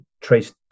traced